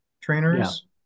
trainers